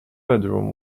bedroom